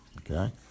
okay